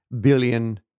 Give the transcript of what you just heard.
billion